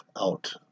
out